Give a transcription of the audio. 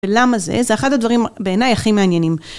ולמה זה? זה אחד הדברים בעיניי הכי מעניינים.